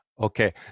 Okay